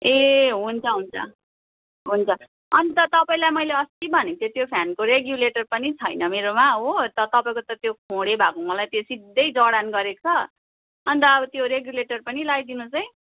ए हुन्छ हुन्छ हुन्छ अन्त तपाईँलाई मैले अस्ति भनेको थिएँ त्यो फ्यानको रेगुलेटर पनि छैन मेरोमा हो त तपाईँको त त्यो खोँडे भएको मलाई त्यो सिद्धै जडान गरेको छ अन्त अब त्यो रेगुलेटर पनि लगाई दिनुहोस् है